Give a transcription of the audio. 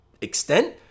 extent